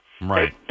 Right